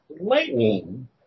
Lightning